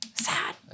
sad